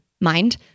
mind